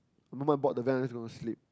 the moment I board the van I just gonna sleep